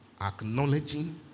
acknowledging